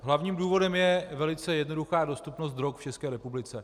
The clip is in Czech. Hlavním důvodem je velice jednoduchá dostupnost drog v České republice.